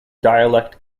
dialect